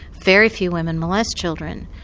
very few women molest children.